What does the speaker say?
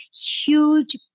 huge